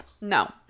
No